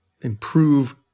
improve